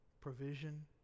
provision